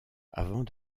avant